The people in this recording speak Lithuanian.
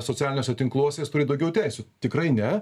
socialiniuose tinkluose jis turi daugiau teisių tikrai ne